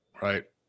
right